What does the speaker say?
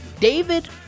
David